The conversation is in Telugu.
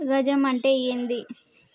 గజం అంటే ఏంది?